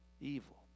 evil